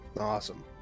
Awesome